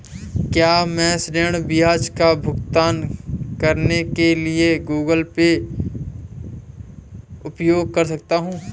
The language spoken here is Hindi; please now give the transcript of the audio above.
क्या मैं ऋण ब्याज का भुगतान करने के लिए गूगल पे उपयोग कर सकता हूं?